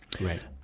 Right